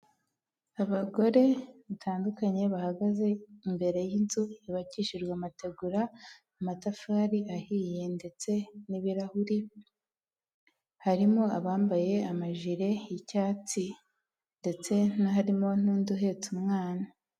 Abagore batandukanye bahagaze imbere y'inzu, yabakishijwe amategura, amatafari ahiye, ndetse n'ibirahuri, harimo abambaye amajire y'icyatsi, ndetse harimo n'undi uhetse umwana.